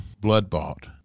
blood-bought